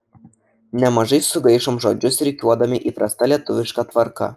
nemažai sugaišom žodžius rikiuodami įprasta lietuviška tvarka